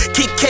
Keep